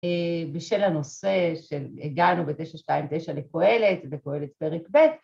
בשל הנושא שהגענו בתשע שתיים תשע לפועלת, לפועלת פרק ב',